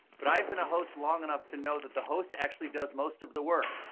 but i have been a host long enough to know that the host actually does most of the work,